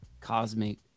cosmic